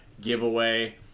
giveaway